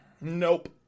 Nope